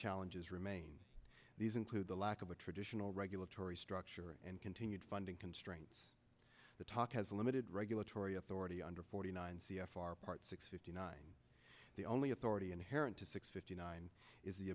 challenges remain these include the lack of a traditional regulatory structure and continued funding constraints the talk has a limited regulatory authority under forty nine c f r part six fifty nine the only authority inherent to six fifty nine is the